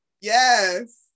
Yes